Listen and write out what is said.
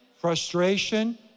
frustration